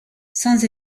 sans